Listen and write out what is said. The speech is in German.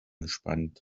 gespannt